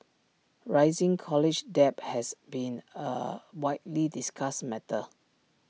rising college debt has been A widely discussed matter